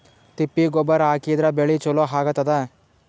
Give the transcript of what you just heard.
ತಿಪ್ಪಿ ಗೊಬ್ಬರ ಹಾಕಿದ್ರ ಬೆಳಿ ಚಲೋ ಆಗತದ?